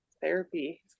therapy